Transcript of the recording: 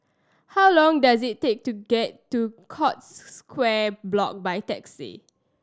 how long does it take to get to Scotts Square Block by taxi